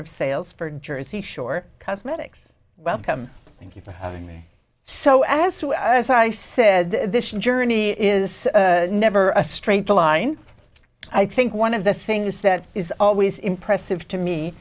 of sales for jersey shore cosmetics welcome thank you for having me so as soon as i said this journey is never a straight line i think one of the things that is always impressive to me